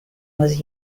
was